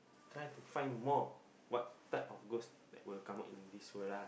try to find more what type of ghost will come out in this world ah